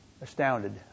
astounded